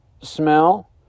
smell